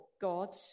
God